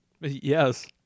Yes